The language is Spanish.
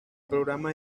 programa